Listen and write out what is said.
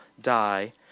die